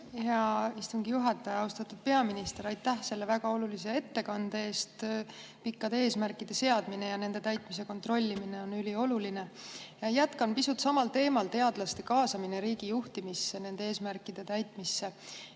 hea istungi juhataja! Austatud peaminister, aitäh selle väga olulise ettekande eest! Pikkade eesmärkide seadmine ja nende täitmise kontrollimine on ülioluline. Jätkan pisut samal teemal: teadlaste kaasamine riigi juhtimisse, nende eesmärkide täitmisse.